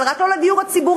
אבל רק לא לדיור הציבורי,